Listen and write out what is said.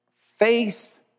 faith